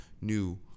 new